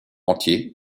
rentier